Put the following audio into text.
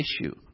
issue